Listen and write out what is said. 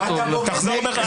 תחזור בך.